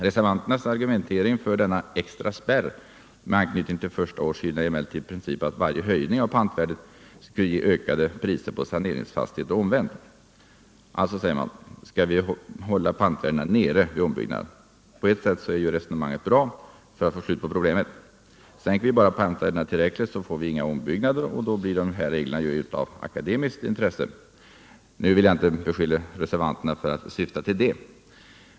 Reservanternas argumentering för denna extra spärr med anknytning till förstaårshyrorna är emellertid i princip att varje höjning av pantvärdet skulle ge ökade priser på saneringsfastigheter och omvänt. Alltså — säger man — skall vi hålla pantvärdena nere vid ombyggnad. På ett sätt är ju resonemanget bra för att få slut på problemet. Sänker vi bara pantvärdena tillräckligt får vi inga ombyggnader, och då blir de här reglerna av akademiskt intresse. Nu vill jag inte beskylla reservanterna för att syfta till det.